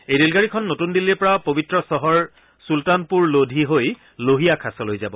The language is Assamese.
এই ৰেলগাডীখন নতুন দিল্লীৰ পৰা পবিত্ৰ চহৰ চুলতানপুৰ লোধী হৈ লোহিয়া খাছলৈ যাব